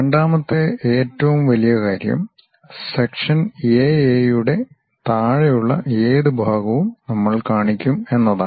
രണ്ടാമത്തെ ഏറ്റവും വലിയ കാര്യം സെക്ഷൻ എ എ യുടെ താഴെയുള്ള ഏതു ഭാഗവും നമ്മൾ കാണിക്കും എന്നതാണ്